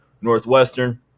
Northwestern